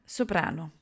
soprano